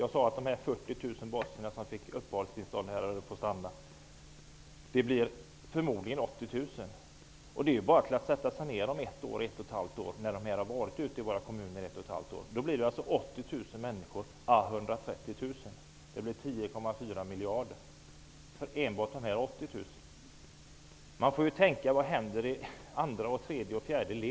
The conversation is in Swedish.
Jag sade att de 40 000 bosnier som fick uppehållstillstånd här förmodligen kommer att vara 80 000 om ett eller ett och ett halvt år. Det kommer alltså att vara 80 000-- 130 000 människor. Kostnaden blir då 10,4 miljarder för enbart de 80 000. Man får tänka på vad som händer i andra, tredje och fjärde led.